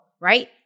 right